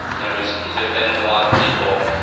you know he has offended a lot of people.